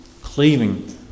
cleaving